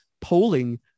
polling